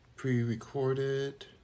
pre-recorded